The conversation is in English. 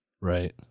Right